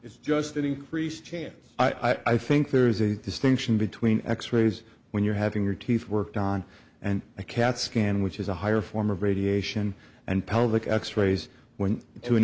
it's just an increased chance i think there's a distinction between x rays when you're having your teeth worked on and a cat scan which is a higher form of radiation and pelvic x rays went into an